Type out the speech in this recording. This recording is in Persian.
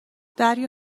دریا